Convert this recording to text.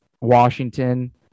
Washington